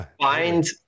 find